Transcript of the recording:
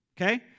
okay